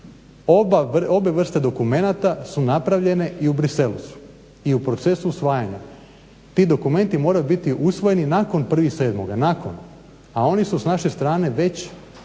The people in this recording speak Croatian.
Obe vrste dokumenata su napravljene i u Bruxellesu su i u procesu usvajanja. Ti dokumenti moraju biti usvojeni nakon 1.7., a oni su s naše strane već